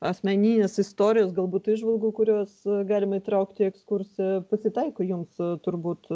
asmeninės istorijos galbūt įžvalgų kurias galima įtraukti į ekskursiją pasitaiko jums turbūt